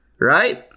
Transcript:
Right